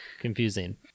Confusing